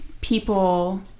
people